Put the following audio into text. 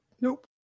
Nope